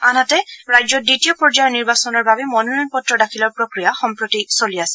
আনহাতে ৰাজ্যত দ্বিতীয় পৰ্যায়ৰ নিৰ্বাচনৰ বাবে মনোনয়ন পত্ৰ দাখিলৰ প্ৰক্ৰিয়া সম্প্ৰতি চলি আছে